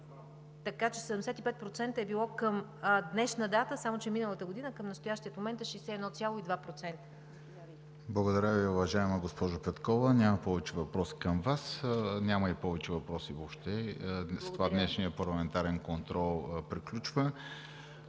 …75% е било към днешна дата, само че миналата година. Към настоящия момент е 61,2%. ПРЕДСЕДАТЕЛ ВЕСЕЛИН МАРЕШКИ: Благодаря Ви, уважаема госпожо Петкова. Нямам повече въпроси към Вас. Няма и повече въпроси въобще. С това днешният парламентарен контрол приключва.